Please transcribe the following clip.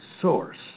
source